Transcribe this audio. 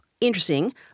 interesting